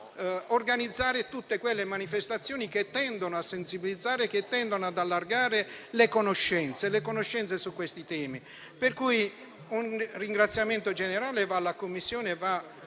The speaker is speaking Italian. organizzare tutte le manifestazioni che tendono a sensibilizzare e allargare le conoscenze su questi temi.